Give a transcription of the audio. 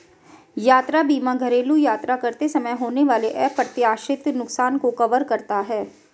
यात्रा बीमा घरेलू यात्रा करते समय होने वाले अप्रत्याशित नुकसान को कवर करता है